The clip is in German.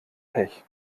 pech